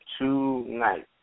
tonight